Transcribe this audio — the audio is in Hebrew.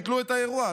ביטלו את האירוע.